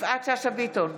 יפעת שאשא ביטון,